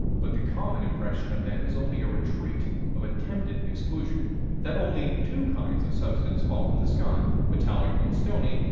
but the common impression of them is only a retreat of attempted exclusion that only two kinds of substance fall from the sky metallic and stony